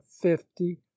fifty